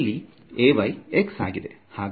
ಇಲ್ಲಿ Ay x ಆಗಿದೆ